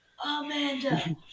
Amanda